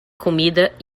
comida